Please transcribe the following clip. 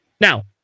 Now